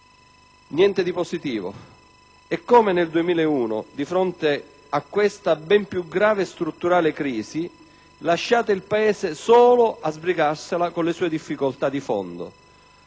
niente di positivo e, come nel 2001, di fronte a questa ben più grave e strutturale crisi, lasciate il Paese solo a sbrigarsela con le sue difficoltà di fondo.